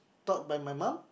taught by my mum